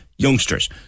Youngsters